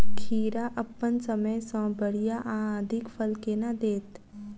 खीरा अप्पन समय सँ बढ़िया आ अधिक फल केना देत?